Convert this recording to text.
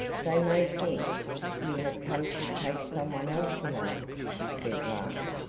they may think you have come to take someone else away, she said laughing.